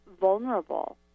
vulnerable